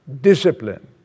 discipline